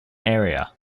area